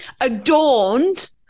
adorned